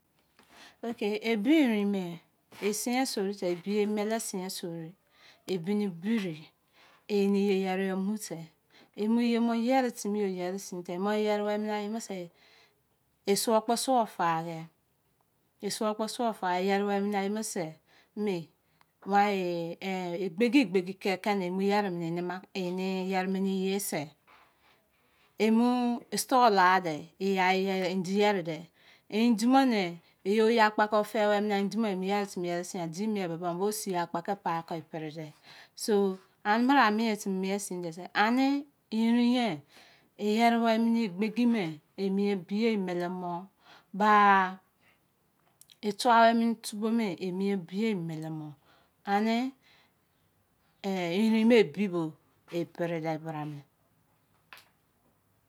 Okay, ebi yerin me, ebiye mele sien sori te ba, ebini biei, eniye yeri yo mute! E mu ye mu yeri yo yeri sin tebe, mo yeri were miye bo, e suwor kpo suwor fa-e, e suwor kpo suwor fa-e eni yeri were miye bose. waye ehn!!! Egbegi egbegi ke keni emu ye-ri were mi kpo, eni yeri mene ye se. Emu store lade, e fie yeri ye edin yeri. edin mo ne ye oyi akpa kon fe were me edin mo emu yeri timi yen sian, a bo siya-kpa ko kpa kon pere de, so, ane bra mie timi mien sine be, ani e yeri were mi egbegi me, emie biye emele mo. ba, e tua were mi tubo me mien biye emele mo ane eyein mo ebi bo epere de